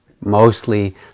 mostly